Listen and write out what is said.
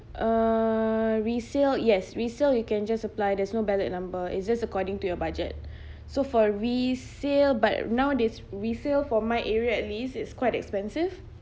uh resale yes resale you can just apply there's no ballot number it's just according to your budget so for resale but now this resale for my area at least it's quite expensive